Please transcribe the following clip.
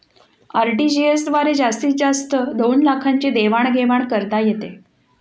RTGS द्वारे जास्तीत जास्त दोन लाखांची देवाण घेवाण करता येते